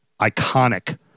iconic